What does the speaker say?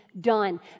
done